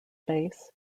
base